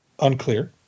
unclear